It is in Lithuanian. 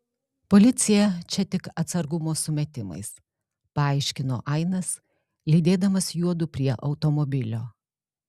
policija čia tik atsargumo sumetimais paaiškino ainas lydėdamas juodu prie automobilio